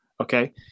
Okay